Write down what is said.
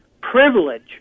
Privilege